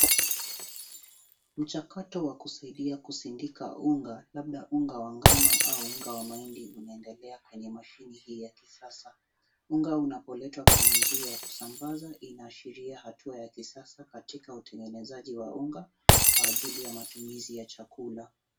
Mchakato wa kusaidia kusindika unga labda unga wa ngano au unga wa mahindi unaendelea kwenye machine hii ya kisasa. Unga unapoletwa kwenye njia ya kusambaza inaashiria hatua ya kisasa katika utengenezaji wa unga kwa ajili ya matumizi ya chakula.